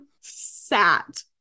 sat